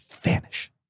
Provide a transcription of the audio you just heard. vanish